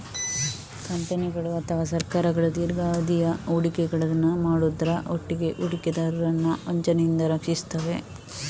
ಕಂಪನಿಗಳು ಅಥವಾ ಸರ್ಕಾರಗಳು ದೀರ್ಘಾವಧಿಯ ಹೂಡಿಕೆಗಳನ್ನ ಮಾಡುದ್ರ ಒಟ್ಟಿಗೆ ಹೂಡಿಕೆದಾರರನ್ನ ವಂಚನೆಯಿಂದ ರಕ್ಷಿಸ್ತವೆ